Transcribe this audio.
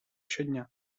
щодня